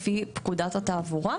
לפי פקודת התעבורה,